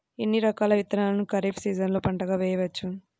ఎన్ని రకాల విత్తనాలను ఖరీఫ్ సీజన్లో పంటగా వేయచ్చు?